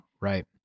Right